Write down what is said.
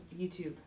YouTube